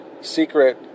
secret